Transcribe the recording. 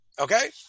Okay